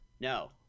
No